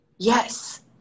Yes